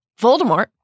Voldemort